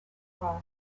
across